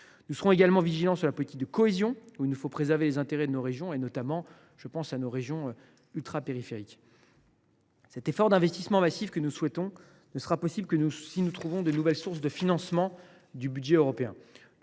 Nous serons également vigilants sur la politique de cohésion : nous devons préserver les intérêts de nos régions, notamment ultrapériphériques. Cet effort d’investissement massif que nous souhaitons ne sera possible que si nous trouvons de nouvelles sources de financement du budget européen.